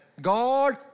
God